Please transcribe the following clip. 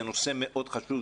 זה נושא חשוב,